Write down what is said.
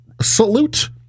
salute